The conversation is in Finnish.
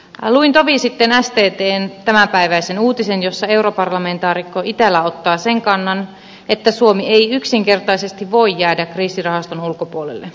luin tovi sitten sttn tämänpäiväisen uutisen jossa europarlamentaarikko itälä ottaa sen kannan että suomi ei yksinkertaisesti voi jäädä kriisirahaston ulkopuolelle